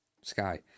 Sky